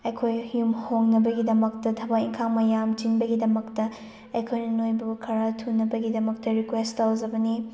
ꯑꯩꯈꯣꯏ ꯌꯨꯝ ꯍꯣꯡꯅꯕꯒꯤꯗꯃꯛꯇ ꯊꯕꯛ ꯏꯪꯈꯥꯡ ꯃꯌꯥꯝ ꯆꯤꯟꯕꯒꯤꯗꯃꯛꯇ ꯑꯩꯈꯣꯏꯅ ꯅꯣꯏꯕꯨ ꯈꯔ ꯊꯨꯅꯕꯒꯤꯗꯃꯛꯇ ꯔꯤꯀ꯭ꯋꯦꯁ ꯇꯧꯖꯕꯅꯤ